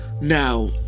Now